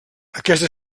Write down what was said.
aquesta